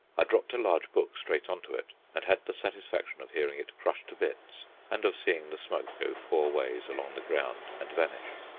i dropped a large book straight on to it, and had the satisfaction of hearing it crush to bits and of seeing the smoke go four ways along the ground and vanish.